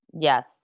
Yes